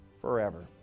forever